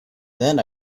then